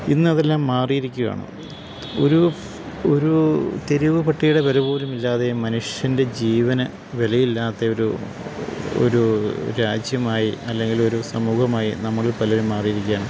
ഇന്നതെല്ലാം മാറിയിരിക്കുവാണ് ഒരു ഒരൂ തെരിവ് പട്ടിയുടെ വിലപോലുമില്ലാതെ മനുഷ്യൻ്റെ ജീവന് വിലയില്ലാത്തെയൊരു ഒരു രാജ്യമായി അല്ലെങ്കിലൊരു സമൂഹമായി നമ്മളിൽപ്പലരും മാറിയിരിക്കുകയാണ്